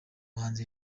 hanze